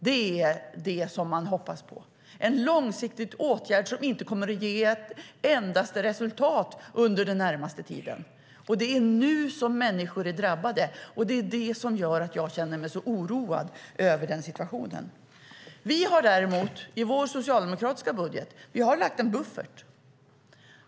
Det är vad man hoppas på. Men det är en långsiktig åtgärd som inte kommer att ge ett endaste resultat under den närmaste tiden. Det är nu som människor är drabbade, och det är det som gör att jag känner mig så oroad över situationen. Vi har däremot i vår socialdemokratiska budget lagt en buffert.